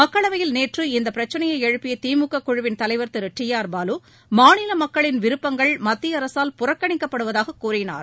மக்களவையில் நேற்று இப்பிரச்னையை எழுப்பிய திமுக குழுவின் தலைவர் திரு டி ஆர் பாலு மாநில மக்களின் விருப்பங்கள் மத்திய அரசால் புறக்கணிக்கப்படுவதாகக் கூறினார்